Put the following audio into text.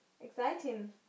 Exciting